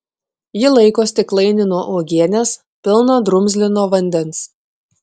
ji laiko stiklainį nuo uogienės pilną drumzlino vandens